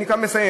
אני כבר מסיים.